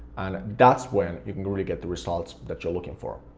and that's when you can really get the results that you're looking for.